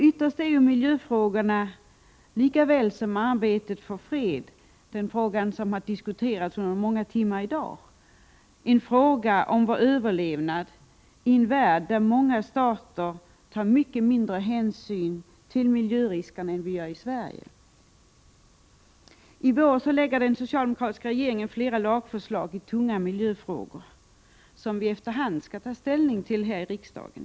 Ytterst är miljöfrågorna, lika väl som arbetet för fred — den fråga som har diskuterats under många timmar i dag — en fråga om vår överlevnad i en värld, där många stater tar mycket mindre hänsyn till miljöriskerna än vi gör i Sverige. I vår lägger den socialdemokratiska regeringen fram flera lagförslag i tunga miljöfrågor som vi efter hand skall ta ställning till här i riksdagen.